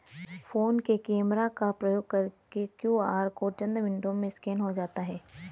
phone के camera का प्रयोग करके क्यू.आर कोड चंद मिनटों में स्कैन हो जाता है